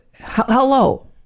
hello